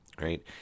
right